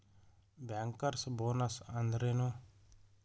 Bankers bonus ಅಂದ್ರೇನು?